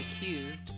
accused